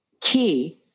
key